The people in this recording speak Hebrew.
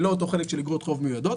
ללא תוחלת של איגרות חוב מיועדות,